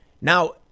Now